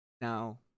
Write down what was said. now